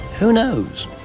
who knows?